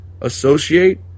associate